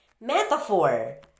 metaphor